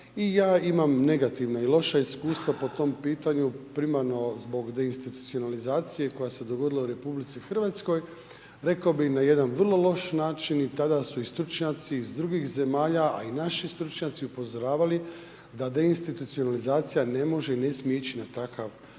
I ja imam negativna i loša iskustva po tom pitanju, primarno zbog deinstitucionalizacije koja se dogodila u RH, rekao bi na jedan vrlo loš način i tada su u i stručnjaci iz drugih zemalja a i naši stručnjaci upozoravali da deinstitucionalizacija ne može i ne smije ići na takav način